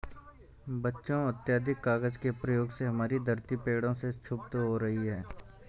बच्चों अत्याधिक कागज के प्रयोग से हमारी धरती पेड़ों से क्षुब्ध हो रही है